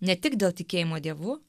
ne tik dėl tikėjimo dievu